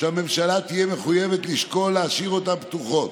שהממשלה תהיה מחויבת לשקול להשאיר אותם פתוחים.